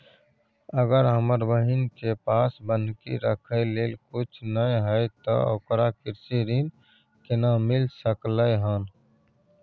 अगर हमर बहिन के पास बन्हकी रखय लेल कुछ नय हय त ओकरा कृषि ऋण केना मिल सकलय हन?